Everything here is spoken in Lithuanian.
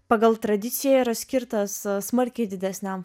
pagal tradiciją yra skirtas smarkiai didesniam